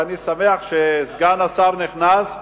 ואני שמח שסגן השר נכנס.